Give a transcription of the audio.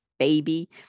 Baby